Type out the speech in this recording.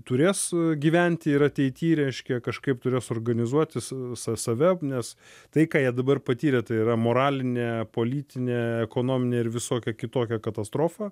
turės gyventi ir ateity reiškia kažkaip turės organizuotis sa save nes tai ką jie dabar patyrė tai yra moralinė politinė ekonominė ir visokia kitokia katastrofa